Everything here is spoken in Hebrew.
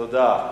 תודה.